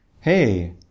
hey